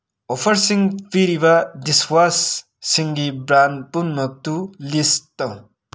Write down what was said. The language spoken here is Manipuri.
ꯑꯣꯐꯔꯁꯤꯡ ꯄꯤꯔꯤꯕ ꯗꯤꯁꯋꯥꯁꯁꯤꯡꯒꯤ ꯕ꯭ꯔꯥꯟ ꯄꯨꯝꯅꯃꯛꯇꯨ ꯂꯤꯁ ꯇꯧ